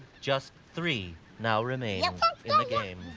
just three now remain in the game.